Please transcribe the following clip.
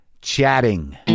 chatting